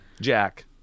Jack